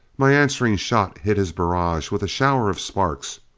my answering shot hit his barrage with a shower of sparks,